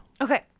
Okay